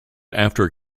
after